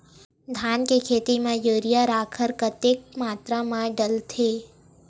धान के खेती म यूरिया राखर कतेक मात्रा म डलथे?